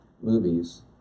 movies